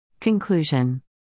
Conclusion